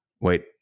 Wait